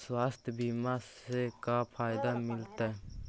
स्वास्थ्य बीमा से का फायदा मिलतै?